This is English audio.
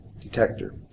detector